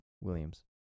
Williams